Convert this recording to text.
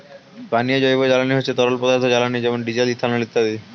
পানীয় জৈব জ্বালানি হচ্ছে তরল পদার্থ জ্বালানি যেমন ডিজেল, ইথানল ইত্যাদি